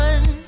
One